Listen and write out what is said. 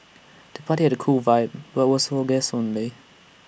the party had A cool vibe but was for guests only